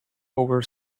over